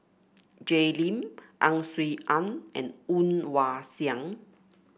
Jay Lim Ang Swee Aun and Woon Wah Siang